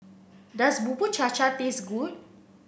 does Bubur Cha Cha taste good